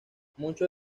muchos